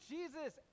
Jesus